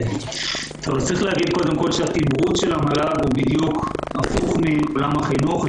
צריך להגיד קודם כול שהתמרוץ של המל"ג הוא בדיוק הפוך מעולם החינוך.